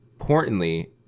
importantly